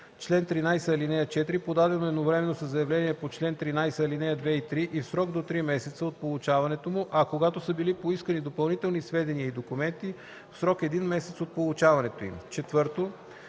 член 13, ал. 4, подадено едновременно със заявление по чл. 13, ал. 2 и 3 – в срок до три месеца от получаването му, а когато са били поискани допълнителни сведения и документи – в срок един месец от получаването им.”